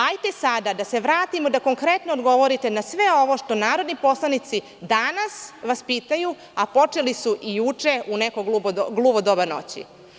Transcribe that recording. Hajde da se sada vratimo i da konkretno odgovorite na sve ovo što vas narodni poslanici danas pitaju, a počeli su juče u neko gluvo doba noći.